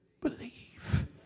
believe